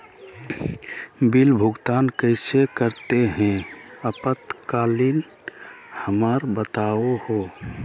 Bill भुगतान कैसे करते हैं आपातकालीन हमरा बताओ तो?